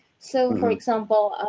so for example,